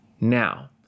Now